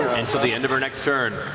until the end of her next turn.